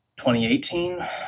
2018